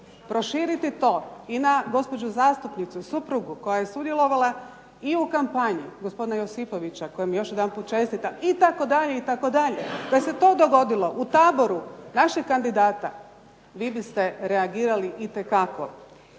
proširiti to i na gospođu zastupnicu suprugu, koja je sudjelovala i u kampanji gospodina Josipovića, kojem još jedanput čestitam, itd., da se to dogodilo u taboru našeg kandidata, vi biste reagirali itekako.